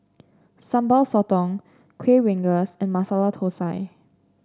Sambal Sotong Kuih Rengas and Masala Thosai